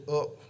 up